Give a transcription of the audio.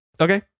Okay